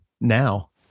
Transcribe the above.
now